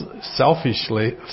selfishly